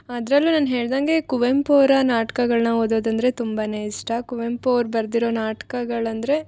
ಅದರಲ್ಲೂ ನಾನು ಹೇಳ್ದಂಗೆ ಕುವೆಂಪು ಅವರು ನಾಟ್ಕಗಳನ್ನು ಓದೋದಂದರೆ ತುಂಬಾ ಇಷ್ಟ ಕುವೆಂಪು ಅವ್ರು ಬರ್ದಿರೋ ನಾಟ್ಕಗಳೆಂದರೆ